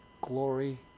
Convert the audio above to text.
glory